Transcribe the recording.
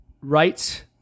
right